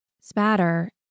Spatter